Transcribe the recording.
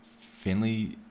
Finley